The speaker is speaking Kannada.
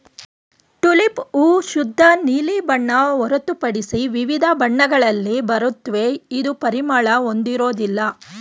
ಟುಲಿಪ್ ಹೂ ಶುದ್ಧ ನೀಲಿ ಬಣ್ಣ ಹೊರತುಪಡಿಸಿ ವಿವಿಧ ಬಣ್ಣಗಳಲ್ಲಿ ಬರುತ್ವೆ ಇದು ಪರಿಮಳ ಹೊಂದಿರೋದಿಲ್ಲ